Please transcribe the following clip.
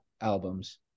albums